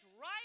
right